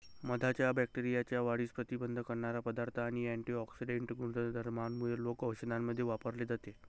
मधाच्या बॅक्टेरियाच्या वाढीस प्रतिबंध करणारा पदार्थ आणि अँटिऑक्सिडेंट गुणधर्मांमुळे लोक औषधांमध्ये वापरले जाते